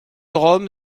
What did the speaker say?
rome